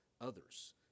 others